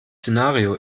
szenario